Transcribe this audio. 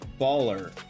baller